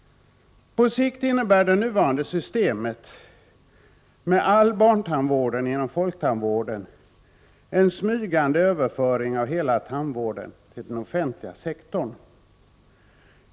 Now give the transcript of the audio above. På sikt innebär det nuvarande systemet, där all barntandvård finns inom folktandvården, ett överförande i smyg av hela tandvården till den offentliga sektorn.